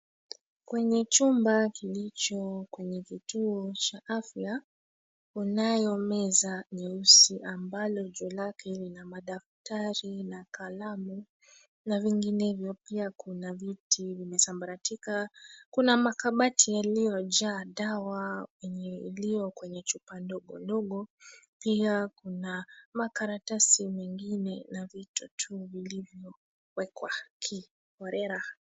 Kwenye chumba kilicho kwenye kituo cha afya. Kunayo meza nyeusi ambalo juu yake lina madaftari na kalamu na vyenginevyo pia kuna viti vimesambaratika. Kuna makabati yaliojaa dawa ilio kwenye chupa ndogo ndogo, pia kuna makaratasi mingine na vitu tu vilivyowekwa kiholelaholela.